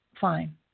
fine